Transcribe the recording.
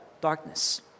Darkness